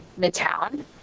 Midtown